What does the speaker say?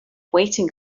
waiting